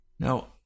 Now